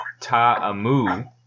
Ta'amu